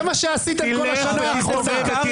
זה מה שעשיתם בשנה האחרונה.